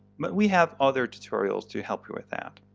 but we have other tutorials to help you with that.